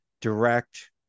direct